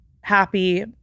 happy